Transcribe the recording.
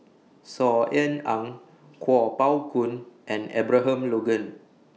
Saw Ean Ang Kuo Pao Kun and Abraham Logan